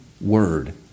word